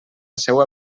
seua